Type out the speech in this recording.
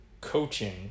coaching